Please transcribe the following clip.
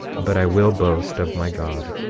but i will boast of my god,